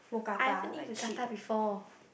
I haven't eat Mookata before